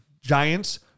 Giants